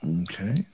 Okay